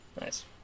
Nice